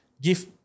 give